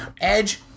Edge